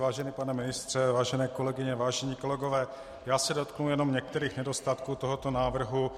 Vážený pane ministře, vážené kolegyně, vážení kolegové, já se dotknu jenom některých nedostatků tohoto návrhu.